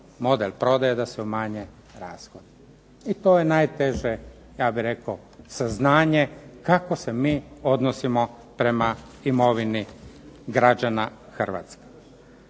model prodaje da se umanje rashodi. I to je najteže, ja bih rekao, saznanje kako se mi odnosimo prema imovini građana Hrvatske.